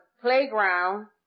playground